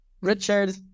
Richard